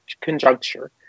conjuncture